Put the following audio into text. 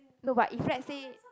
no but if let's say